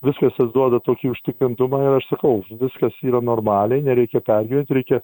viskas tas duoda tokį užtikrintumą ir aš sakau viskas yra normaliai nereikia pergyvent reikia